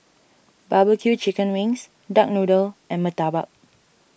Barbecue Chicken Wings Duck Noodle and Murtabak